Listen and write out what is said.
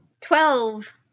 Twelve